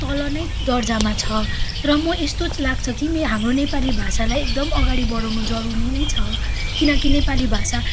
तल नै दर्जामा छ तर म यस्तो लाग्छ कि हाम्रो नेपाली भाषालाई एकदम अगाडि बढाउनु जरुरी नै छ किनकि नेपाली भाषा